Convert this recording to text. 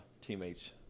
teammates